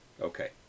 Okay